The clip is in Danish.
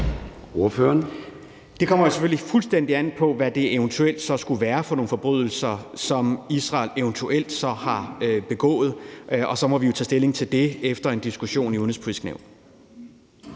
Det kommer selvfølgelig fuldstændig an på, hvad det så eventuelt skulle være for nogle forbrydelser, som Israel har begået, og så må vi jo tage stilling til det efter en diskussion i Det